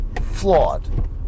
flawed